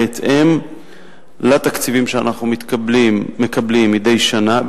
בהתאם לתקציבים שאנחנו מקבלים מדי שנה,